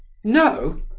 no?